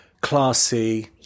classy